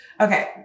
Okay